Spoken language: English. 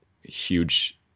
huge